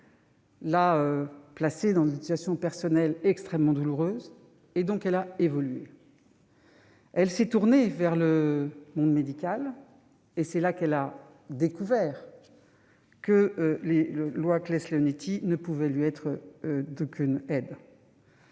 et placée dans une situation personnelle extrêmement douloureuse, elle a évolué, s'est tournée vers le monde médical et a découvert que la loi Claeys-Leonetti ne pouvait lui être d'aucune aide.